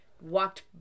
walked